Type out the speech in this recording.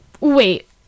wait